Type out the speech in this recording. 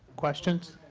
questions?